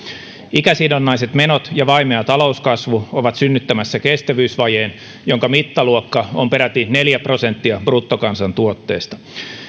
ikäsidonnaiset menot ja vaimea talouskasvu ovat synnyttämässä kestävyysvajeen jonka mittaluokka on peräti neljä prosenttia bruttokansantuotteesta